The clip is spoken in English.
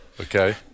Okay